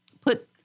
put